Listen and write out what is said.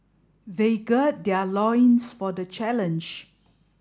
they gird their loins for the challenge